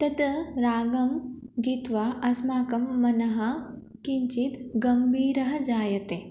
तं रागं गीत्वा अस्माकं मनः किञ्चित् गम्भीरं जायते